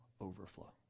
overflow